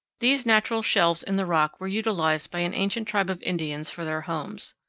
these natural shelves in the rock were utilized by an ancient tribe of indians for their homes.